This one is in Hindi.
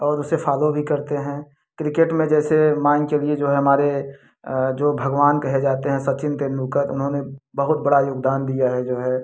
और उसे फॅालो भी करते हैं क्रिकेट में जैसे मान चलिए जो हमारे जो भगवान कहे जाते हैं सचिन तेंडुलकर उन्होंने बहुत बड़ा योगदान दिया है जो है